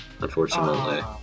unfortunately